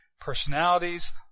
personalities